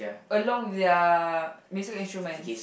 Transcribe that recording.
along with their music instrument